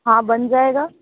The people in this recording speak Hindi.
हाँ बन जाएगा